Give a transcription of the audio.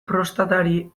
prostatari